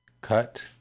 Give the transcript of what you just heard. cut